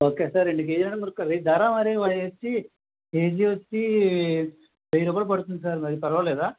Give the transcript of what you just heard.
okay sir రెండు కేజీలు వచ్చి కేజీ వచ్చి వెయ్యి రూపాయలు పడుతుంది సార్ మరి పరవాలేదా